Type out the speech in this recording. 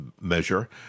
measure